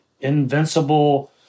invincible